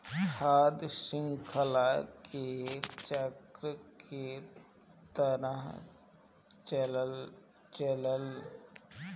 खाद्य शृंखला एक चक्र के तरह चलेला